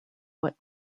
what